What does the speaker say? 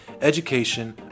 education